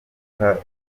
uganda